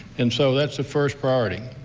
and so that's the first priority.